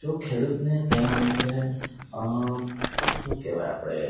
જો ખેડૂતને તેના વિશે શું કહેવાય આપણે